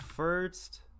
First